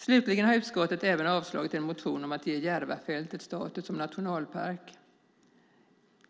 Slutligen har utskottet även avstyrkt en motion om att ge Järvafältet status som nationalstadspark.